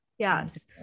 Yes